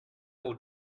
will